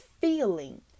feeling